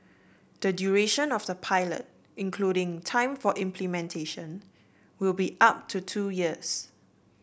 the duration of the pilot including time for implementation will be up to two years